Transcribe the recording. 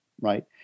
right